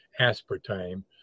aspartame